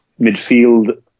midfield